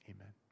amen